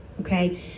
okay